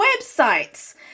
Websites